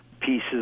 pieces